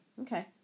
Okay